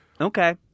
Okay